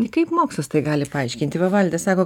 kaip mokslas tai gali paaiškinti va valdas sako